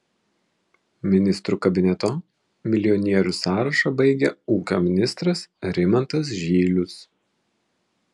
ministrų kabineto milijonierių sąrašą baigia ūkio ministras rimantas žylius